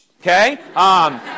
okay